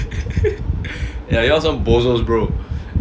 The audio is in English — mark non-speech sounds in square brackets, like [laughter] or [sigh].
[laughs] ya you all some bozos bro